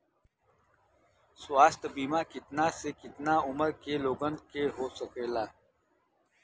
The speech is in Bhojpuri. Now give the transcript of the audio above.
स्वास्थ्य बीमा कितना से कितना उमर के लोगन के हो सकेला?